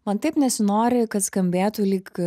man taip nesinori kad skambėtų lyg